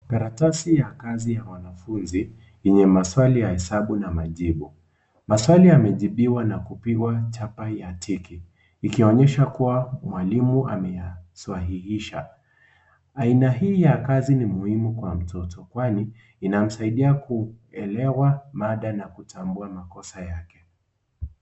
Karatasi ya kazi ya mwanafunzi, yenye maswali ya hesabu na majibu, maswali yamejibiwa na kupigqa chapa ya tiki, ikionyesha kuwa, mwalimu ameya swahihisha, aina hii ya kazi ni muhimu kwa mtoto, kwani inamsaidia kuelewa mada na kutambua makosa yake.